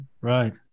Right